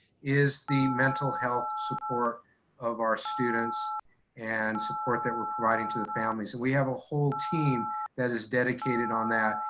is the mental health support of our students and support that we're providing to the families. so and we have a whole team that is dedicated on that.